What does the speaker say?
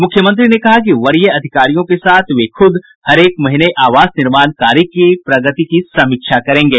मुख्यमंत्री ने कहा कि वरीय अधिकारियों के साथ वे खुद हरेक महीने आवास निर्माण कार्य की प्रगति की समीक्षा करेंगे